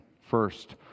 first